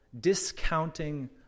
discounting